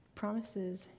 Promises